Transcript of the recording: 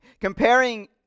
Comparing